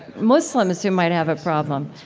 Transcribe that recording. muslims who might have a problem